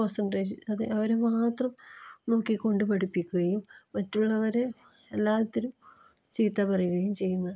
concentration അത് അവരെ മാത്രം നോക്കിക്കൊണ്ട് പഠിപ്പിക്കുകയും മറ്റുള്ളവരെ എല്ലാത്തിലും ചീത്ത പറയുകയും ചെയ്യുന്ന